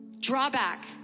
Drawback